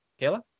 Kayla